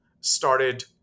started